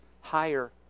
higher